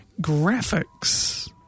graphics